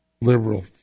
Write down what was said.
liberal